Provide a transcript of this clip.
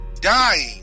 dying